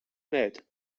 med